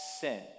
sin